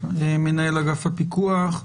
מנהל אגף הפיקוח.